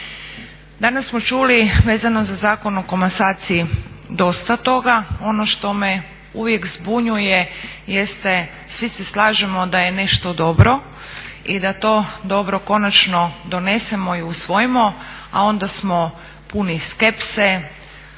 Danas smo čuli vezano za Zakon o komasaciji dosta toga. Ono što me uvijek zbunjuje jeste, svi se slažemo da je nešto dobro i da to dobro konačno donesemo i usvojimo, a onda smo puni skepse,